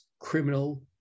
criminal